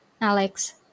Alex